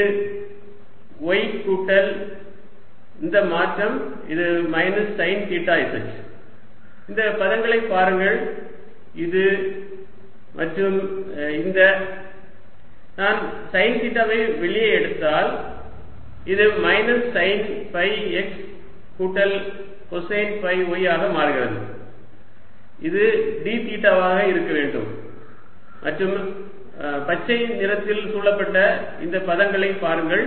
இது y கூட்டல் இந்த மாற்றம் இது மைனஸ் சைன் தீட்டா z இந்த பதங்களை பாருங்கள் இது மற்றும் இந்த dr drr drr r r sinθcosϕx sinθsinϕy cosθz dr cosθcosϕdθx sinθ sinϕdϕx cosθsinϕdθy sinθcosϕdϕy sinθz நான் சைன் தீட்டாவை வெளியே எடுத்தால் இது மைனஸ் சைன் ஃபை x கூட்டல் கொசைன் ஃபை y ஆக மாறுகிறது இது d தீட்டாவாக இருக்க வேண்டும் மற்றும் பச்சை நிறத்தில் சூழப்பட்ட இந்த பதத்தை பாருங்கள்